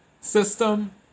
system